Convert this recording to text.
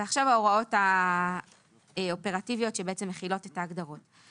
ועכשיו ההוראות האופרטיביות שמכילות את ההגדרות.